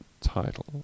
title